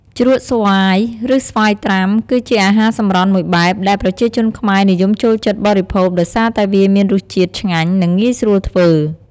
ជ្រក់់ស្វាយ ឬ ស្វាយត្រាំ គឺជាអាហារសម្រន់មួយបែបដែលប្រជាជនខ្មែរនិយមចូលចិត្តបរិភោគដោយសារតែវាមានរសជាតិឆ្ងាញ់ និងងាយស្រួលធ្វើ។